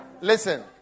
Listen